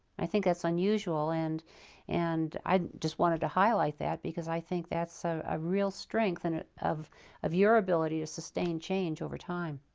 i think that's unusual and and i just wanted to highlight that because i think that's so a real strength and of of your ability to sustain change over time.